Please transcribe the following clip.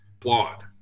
flawed